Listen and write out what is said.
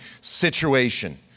situation